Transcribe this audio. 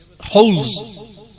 holes